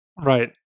right